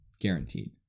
Guaranteed